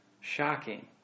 shocking